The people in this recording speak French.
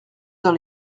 dans